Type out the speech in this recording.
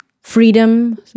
freedom